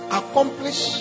accomplish